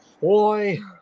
Boy